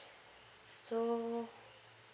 so